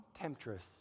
temptress